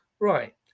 Right